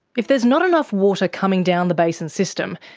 if there's not enough water coming down the basin system,